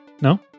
no